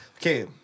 okay